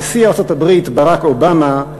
נשיא ארצות-הברית ברק אובמה,